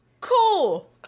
Cool